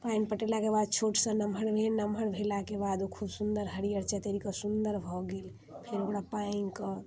पानि पटेलाके बाद छोटसँ नमहर भेल नमहर भेलाके बाद ओ खूब सुन्दर हरिअर चतरि कऽ सुन्दर भऽ गेल फेर ओकरा पाँगि कऽ